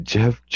Jeff